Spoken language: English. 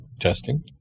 Testing